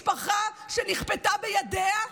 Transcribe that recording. משפחה נכפתה בידיה,